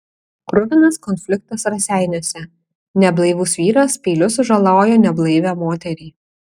kruvinas konfliktas raseiniuose neblaivus vyras peiliu sužalojo neblaivią moterį